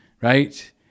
right